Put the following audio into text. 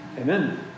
Amen